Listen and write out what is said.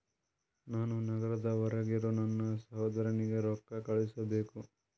ನಾನು ನಗರದ ಹೊರಗಿರೋ ನನ್ನ ಸಹೋದರನಿಗೆ ರೊಕ್ಕ ಕಳುಹಿಸಬೇಕು